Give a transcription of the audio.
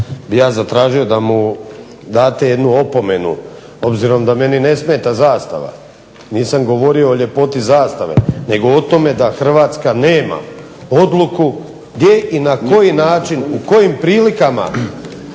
ja zatražio da mu date jednu opomenu. Obzirom da meni ne smeta zastava, nisam govorio o ljepoti zastave nego o tome da Hrvatska nema odluku gdje i na koji način, u kojim prilikama